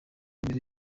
mbere